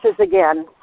again